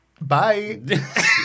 bye